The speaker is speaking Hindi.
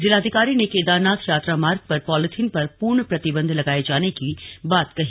जिलाधिकारी ने केदारनाथ यात्रा मार्ग पर पॉलीथीन पर पूर्ण प्रतिबन्ध लगाये जाने की बात कही